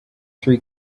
three